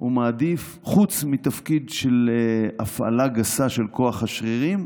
חוץ מתפקיד של הפעלה גסה של כוח השרירים,